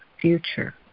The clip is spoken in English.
future